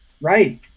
right